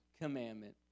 commandment